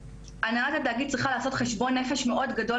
הנהלת התאגיד צריכה לעשות חשבון נפש מאוד גדול